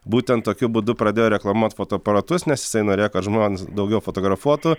būtent tokiu būdu pradėjo reklamuot fotoaparatus nes jisai norėjo kad žmonės daugiau fotografuotų